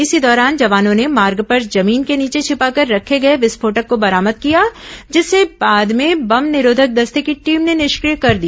इसी दौरान जवानों ने मार्ग पर जमीन के नीचे छिपाकर रखे गए विस्फोटक को बरामद किया जिसे बाद में बम निरोधक दस्ते की टीम ने निष्क्रिय कर दिया